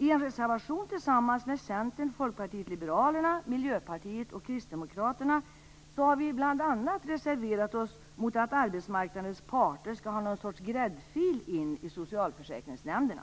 I en reservation tillsammans med Centern, Folkpartiet liberalerna, Miljöpartiet och Kristdemokraterna har vi bl.a. reserverat oss mot att arbetsmarknadens parter skall ha något slags gräddfil in i socialförsäkringsnämnderna.